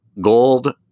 gold